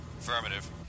Affirmative